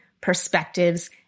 perspectives